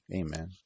Amen